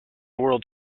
world